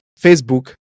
Facebook